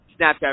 Snapchat